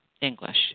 English